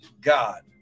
god